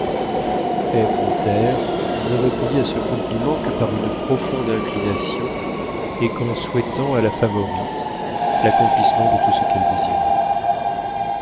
thaher ne répondit à ce compliment que par une profonde inclination et qu'en souhaitant a la favorite l'accomplissement de tout ce qu'elle désirait